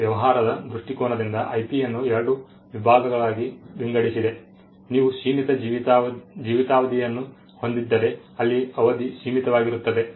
ವ್ಯವಹಾರದ ದೃಷ್ಟಿಕೋನದಿಂದ IP ಯನ್ನು 2 ವಿಭಾಗಗಳಾಗಿ ವಿಂಗಡಿಸಿದೆ ನೀವು ಸೀಮಿತ ಜೀವಿತಾವಧಿಯನ್ನು ಹೊಂದಿದ್ದರೆ ಅಲ್ಲಿ ಅವಧಿ ಸೀಮಿತವಾಗಿರುತ್ತದೆ